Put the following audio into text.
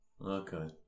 Okay